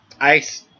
ice